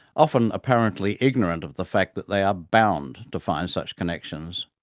often apparently ignorant of the fact that they are bound to find such connections.